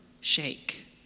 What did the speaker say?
shake